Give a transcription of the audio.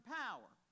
power